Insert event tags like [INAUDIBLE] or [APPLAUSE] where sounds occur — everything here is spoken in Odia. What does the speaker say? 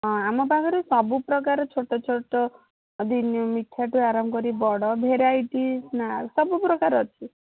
ହଁ ଆମ ପାଖରେ ସବୁପ୍ରକାର ଛୋଟ ଛୋଟ ମିଠାଠୁ ଆରମ୍ଭ କରି ବଡ଼ ଭେରାଇଟି [UNINTELLIGIBLE] ସବୁପ୍ରକାର ଅଛି